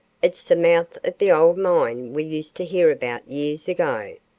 it's the mouth of the old mine we used to hear about years ago.